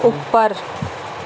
ਉੱਪਰ